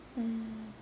mm